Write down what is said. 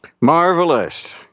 Marvelous